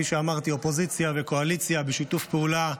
כפי שאמרתי של אופוזיציה וקואליציה בשיתוף פעולה,